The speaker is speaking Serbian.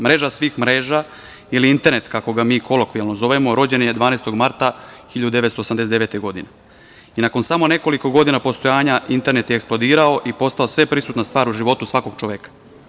Mreža svih mreža ili internet, kako ga mi kolokvijalno zovemo, rođen je 12. marta 1979. godine i nakon samo nekoliko godina postojanja internet je eksplodirao i postao sveprisutna stvar u životu svakog čoveka.